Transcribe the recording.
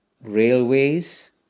railways